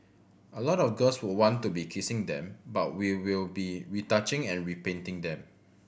a lot of girls would want to be kissing them but we will be retouching and repainting them